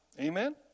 Amen